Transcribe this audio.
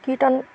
কীৰ্তন